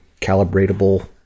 calibratable